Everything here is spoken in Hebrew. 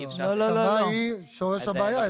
הסכמה היא שורש הבעיה.